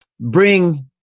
bring